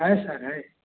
है सर है